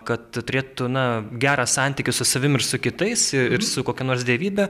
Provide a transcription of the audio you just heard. kad turėtų na gerą santykį su savim ir su kitais ir ir su kokia nors dievybe